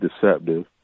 deceptive